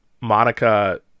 Monica